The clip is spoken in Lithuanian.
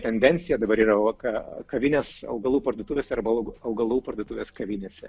tendencija dabar yra va ka kavinės augalų parduotuvėse arba augalų parduotuvės kavinėse